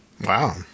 Wow